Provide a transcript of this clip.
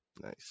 Nice